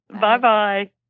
Bye-bye